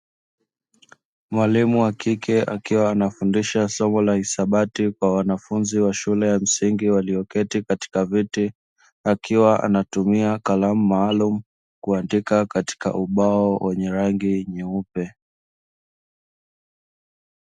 Mwalimu wa kike akiwa anafundisha somo la hisabati kwa wanafunzi wa shule ya msingi walioketi katika viti, akiwa anatumia kalamu maalumu kuandika katika ubao wenye rangi nyeupe.